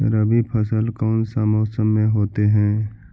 रवि फसल कौन सा मौसम में होते हैं?